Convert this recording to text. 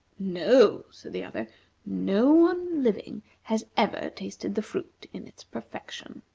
no, said the other no one living has ever tasted the fruit in its perfection.